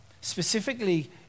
specifically